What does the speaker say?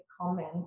comment